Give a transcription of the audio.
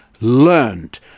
learned